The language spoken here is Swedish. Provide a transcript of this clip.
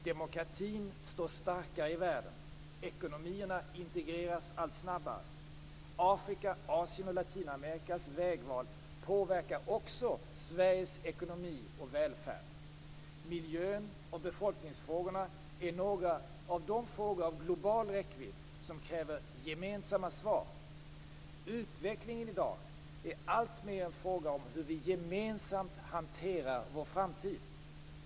Demokratin står starkare i världen. Ekonomierna integreras allt snabbare. Afrikas, Asiens och Latinamerikas vägval påverkar också Sveriges ekonomi och välfärd. Miljön och befolkningsfrågorna är några av de frågor av global räckvidd som kräver gemensamma svar. Utveckling i dag är alltmer en fråga om hur vi gemensamt hanterar vår framtid.